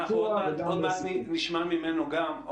מאה אחוז, אנחנו עוד מעט נשמע ממנו גם.